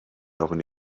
ofyn